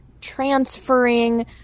transferring